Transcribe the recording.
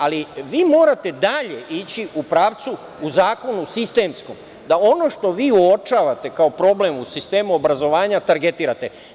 Ali, vi morate i dalje ići u pravcu u zakonu sistemskom, da ono što vi uočavate kao problem u sistemu obrazovanja targetirate.